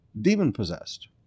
demon-possessed